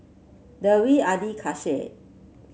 Dewi Adi Kasih